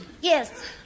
Yes